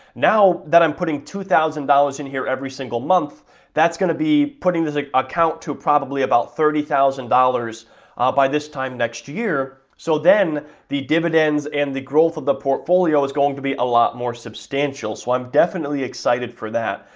now that i'm putting two thousand dollars in here every single month that's gonna be putting this like account to probably about thirty thousand dollars by this time next year, so then the dividends and the growth of the portfolio is going to be a lot more substantial. so, i'm definitely excited for that.